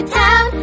town